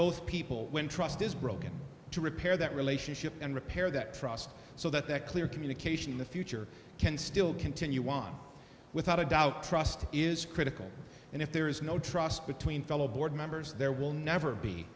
both people when trust is broken to repair that relationship and repair that trust so that that clear communication in the future can still continue without a doubt trust is critical and if there is no trust between fellow board members there will never be